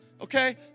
okay